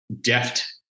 deft